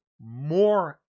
more